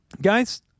Guys